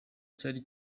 cyari